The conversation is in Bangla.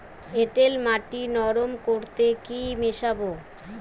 এঁটেল মাটি নরম করতে কি মিশাব?